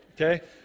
okay